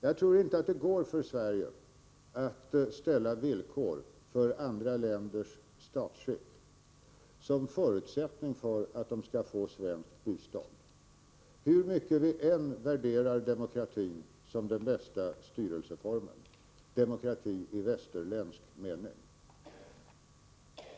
Jag tror inte att det går för Sverige att ställa villkor för andra länders statsskick som förutsättning för att de skall få svenskt bistånd, hur mycket vi än värderar demokratin som den bästa styrelseformen, demokrati i västerländsk mening.